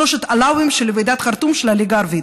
שלושת הלאווים של ועידת חרטום של הליגה הערבית.